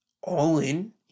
all-in